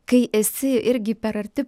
kai esi irgi per arti